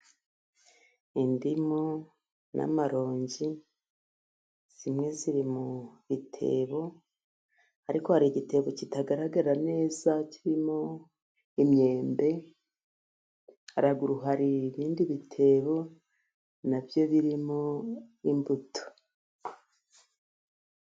Indimu n'amaronji, zimwe ziri mu bitebo ariko hari igitebo kitagaragara neza kirimo imyembe. Haruguru hari ibindi bitebo nabyo birimo imbuto.